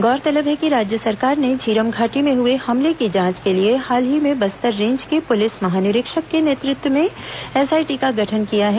गौरतलब है कि राज्य सरकार ने झीरम घाटी में हुए हमले की जांच के लिए हाल ही में बस्तर रेंज के पुलिस महानिरीक्षक के नेतृत्व में एसआईटी का गठन किया है